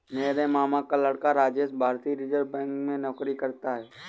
मेरे मामा का लड़का राजेश भारतीय रिजर्व बैंक में नौकरी करता है